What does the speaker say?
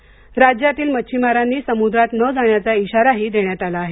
या राज्यातील मच्छीमारांनी समुद्रात न जाण्याचा इशाराही देण्यात आला आहे